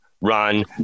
run